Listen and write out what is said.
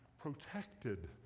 protected